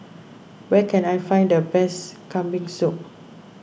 where can I find the best Kambing Soup